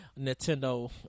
Nintendo